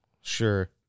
Sure